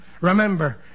Remember